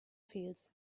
fields